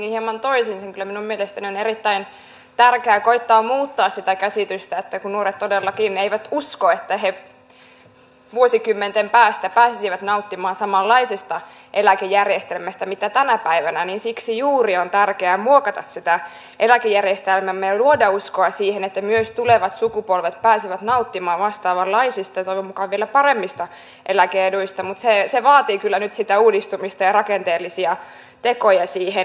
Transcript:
kyllä minun mielestäni on erittäin tärkeää koettaa muuttaa sitä käsitystä että kun nuoret todellakaan eivät usko että he vuosikymmenten päästä pääsisivät nauttimaan samanlaisesta eläkejärjestelmästä kuin tänä päivänä niin siksi juuri on tärkeää muokata sitä eläkejärjestelmäämme ja luoda uskoa siihen että myös tulevat sukupolvet pääsevät nauttimaan vastaavanlaisista ja toivon mukaan vielä paremmista eläke eduista mutta se vaati kyllä nyt sitä uudistumista ja rakenteellisia tekoja siihen